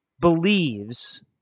believes